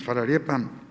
Hvala lijepa.